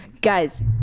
guys